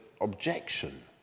objection